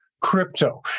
crypto